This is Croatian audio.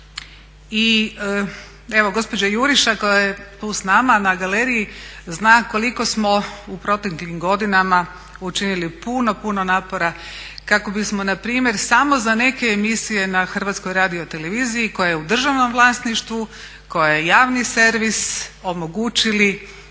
I evo gospođa Juriša koja je tu s nama na galeriji zna koliko smo u proteklim godinama učinili puno, puno napora kako bismo npr. samo za neke emisije na HRT-u koja je u državnom vlasništvu, koja je javni servis, omogućili